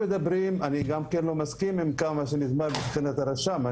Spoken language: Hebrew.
אני גם לא מסכים עם כמה דברים שנאמרו מבחינת הרשם.